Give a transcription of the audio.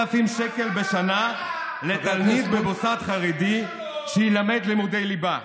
שקל בשנה לתלמיד במוסד חרדי שילמד לימודי ליבה.